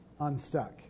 unstuck